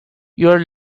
your